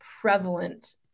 prevalent